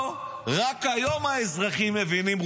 פה רק היום האזרחים מבינים,